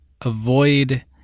avoid